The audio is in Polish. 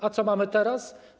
A co mamy teraz?